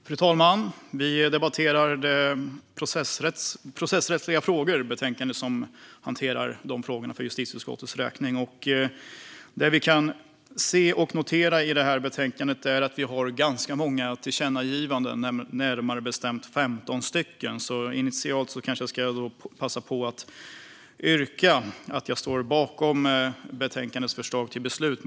Fru talman! Vi debatterar ett betänkande från justitieutskottet om processrättsliga frågor. Det vi kan notera är att vi i betänkandet har ganska många tillkännagivanden, närmare bestämt 15. Initialt kanske jag därför ska passa på att yrka bifall till utskottets förslag till beslut.